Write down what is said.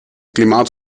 klimaat